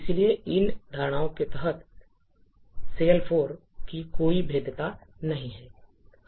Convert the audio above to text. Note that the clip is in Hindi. इसलिए इन धारणाओं के तहत सेएल 4 की कोई भेद्यता नहीं है